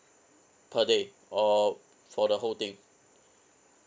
per day or for the whole thing